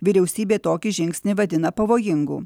vyriausybė tokį žingsnį vadina pavojingu